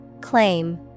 Claim